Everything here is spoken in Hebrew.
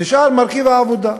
נשאר מרכיב העבודה.